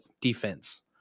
defense